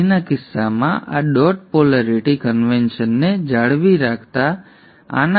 વાદળીના કિસ્સામાં આ dot polarity કન્વેન્શનને જાળવી રાખતા આના સંદર્ભમાં પ્લસ હોત